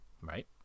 right